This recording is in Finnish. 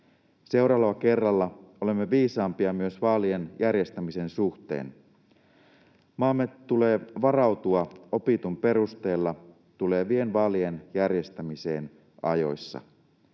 Seuraavalla kerralla olemme viisaampia myös vaalien järjestämisen suhteen. Maamme tulee varautua opitun perusteella tulevien vaalien järjestämiseen ajoissa.